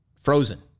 Frozen